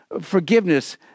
Forgiveness